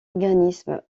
organismes